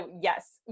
yes